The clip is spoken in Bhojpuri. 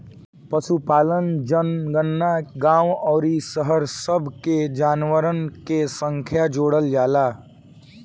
पशुपालन जनगणना गांव अउरी शहर सब के जानवरन के संख्या जोड़ल जाला